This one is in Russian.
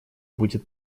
будет